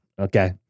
okay